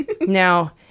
Now